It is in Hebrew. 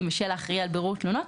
ושל האחראי על בירור תלונות,